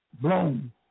blown